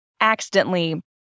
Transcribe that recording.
accidentally